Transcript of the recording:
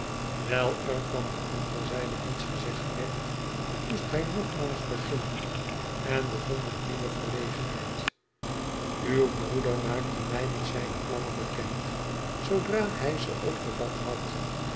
wijl er van de andere zijde niets gezegd werd moest hij nogmaals beginnen en begon met nieuwe verlegenheid uw broeder maakte mij met zijne plannen bekend zoodra hij ze opgevat had